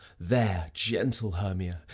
there, gentle hermia,